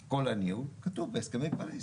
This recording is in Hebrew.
כתוב בהסכמי פריז,